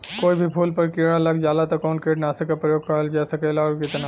कोई भी फूल पर कीड़ा लग जाला त कवन कीटनाशक क प्रयोग करल जा सकेला और कितना?